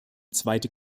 zweite